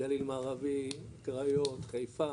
גליל מערבי, קריות, חיפה,